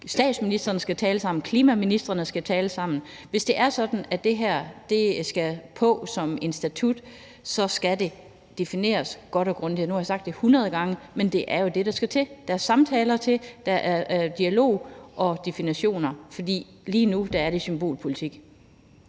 statsministrene skal tale sammen, klimaministrene skal tale sammen. Hvis det er sådan, at det her skal på som en statut, skal det defineres godt og grundigt. Og nu har jeg sagt det hundrede gange, men det er jo det, der skal til. Der skal samtaler til, der skal dialog og definitioner til, for lige nu er det symbolpolitik.